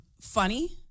funny